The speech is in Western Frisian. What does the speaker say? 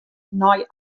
nei